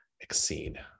Exceed